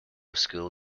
school